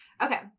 Okay